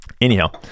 anyhow